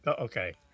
Okay